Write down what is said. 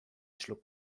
schluck